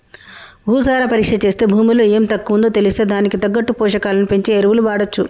భూసార పరీక్ష చేస్తే భూమిలో ఎం తక్కువుందో తెలిస్తే దానికి తగ్గట్టు పోషకాలను పెంచే ఎరువులు వాడొచ్చు